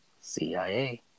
CIA